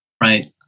Right